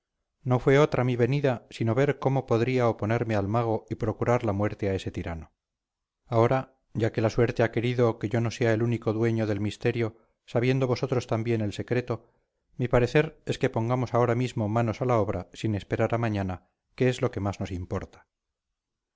no fue otra mi venida sino ver cómo podría oponerme al mago y procurar la muerte a ese tirano ahora ya que la suerte ha querido que yo no sea el único dueño del misterio sabiendo vosotros también el secreto mi parecer es que pongamos ahora mismo manos a la obra sin esperar a mañana que es lo que más nos importa